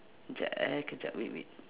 jap eh kejap wait wait